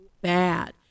bad